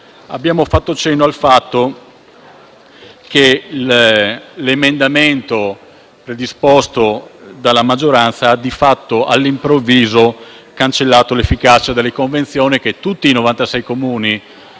altresì fatto cenno al fatto che l'emendamento predisposto dalla maggioranza ha all'improvviso cancellato l'efficacia delle convenzioni che tutti i 96 Comuni